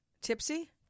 Tipsy